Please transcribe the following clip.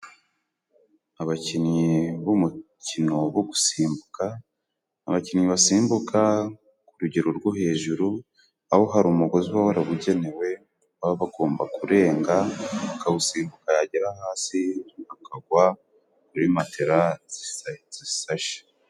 Abakinnyi b'umukino go gusimbuka， abakinnyi basimbuka ku rugero rwo hejuru， aho hari umugozi uba warabugenewe，baba bagomba kurenga akawusimbuka，yagera hasi akagwa kuri matera zisashe.